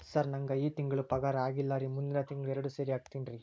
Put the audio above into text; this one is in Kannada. ಸರ್ ನಂಗ ಈ ತಿಂಗಳು ಪಗಾರ ಆಗಿಲ್ಲಾರಿ ಮುಂದಿನ ತಿಂಗಳು ಎರಡು ಸೇರಿ ಹಾಕತೇನ್ರಿ